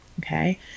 Okay